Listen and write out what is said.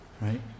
right